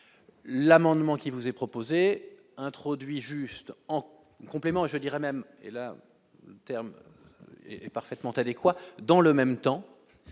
l'amendement qui vous est proposé introduit juste en complément je dirai même, et le terme est parfaitement adéquat dans le même temps